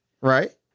right